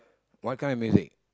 what kind of music